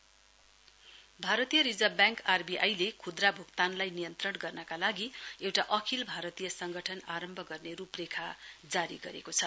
RBI भारतीय reserve bank आरबीआईले खुदरा भूक्तानलाई नियन्त्रण गर्नका लागि एउटा अखिल भारतीय संगठन आरम्भ गर्ने रूपरेखा जारी गरेको छ